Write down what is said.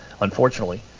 unfortunately